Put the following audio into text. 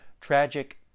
Tragic